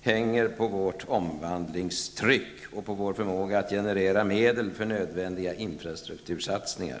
hänger på vårt omvandlingstryck och på vår förmåga att generera medel för nödvändiga infrastruktursatsningar.